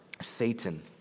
Satan